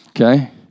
Okay